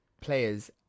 players